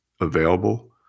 available